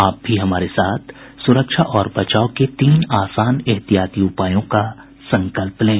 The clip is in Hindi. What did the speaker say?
आप भी हमारे साथ सुरक्षा और बचाव के तीन आसान एहतियाती उपायों का संकल्प लें